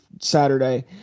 Saturday